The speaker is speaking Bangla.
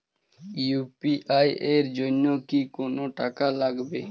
ইউ.পি.আই এর জন্য কি কোনো টাকা লাগে?